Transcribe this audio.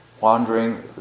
wandering